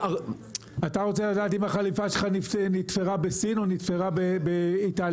אתה רוצה לדעת אם החליפה שלך נתפרה בסין או נתפרה באיטליה.